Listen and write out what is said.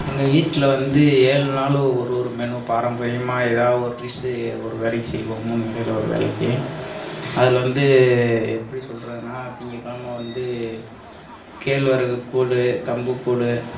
எங்கள் வீட்டில் வந்து ஏழு நாள் ஒரு ஒரு மெனு பாரம்பரியமாக ஏதாவது ஒரு டிஷ்ஷு ஒரு வேளைக்கு செய்வோம் மூணு வேளையில் ஒரு வேளைக்கு அதில் வந்து எப்படி சொல்றதுன்னால் திங்கள்கிழமை வந்து கேழ்வரகு கூழ் கம்புக்கூழ்